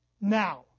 Now